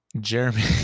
jeremy